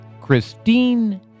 Christine